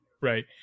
Right